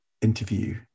interview